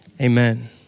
Amen